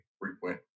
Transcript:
frequent